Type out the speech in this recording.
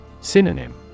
Synonym